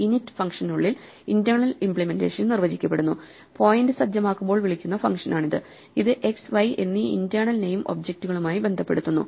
init ഫംഗ്ഷനുള്ളിൽ internal implementation നിർവചിക്കപ്പെടുന്നു point സജ്ജമാക്കുമ്പോൾ വിളിക്കുന്ന ഫംഗ്ഷനാണിത് ഇത് x y എന്നീ ഇന്റേണൽ നെയിം ഒബ്ജക്റ്റുകളുമായി ബന്ധപ്പെടുത്തുന്നു